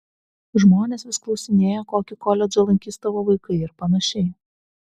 žmonės vis klausinėja kokį koledžą lankys tavo vaikai ir panašiai